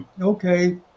okay